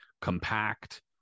compact